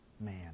man